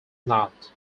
not